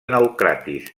naucratis